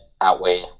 outweigh